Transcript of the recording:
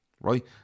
right